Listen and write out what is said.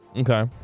Okay